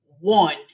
one